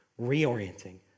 reorienting